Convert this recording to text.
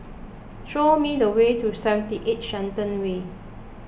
show me the way to seventy eight Shenton Way